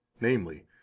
namely